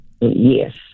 Yes